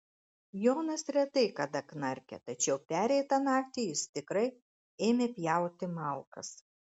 jonas retai kada knarkia tačiau pereitą naktį jis tikrai ėmė pjauti malkas